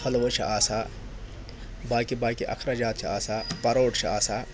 حٔلوٕ چھِ آسان باقی باقی اَخراجات چھِ آسان پَروٹ چھِ آسان